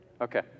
Okay